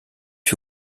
fut